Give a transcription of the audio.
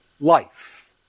life